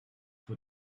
for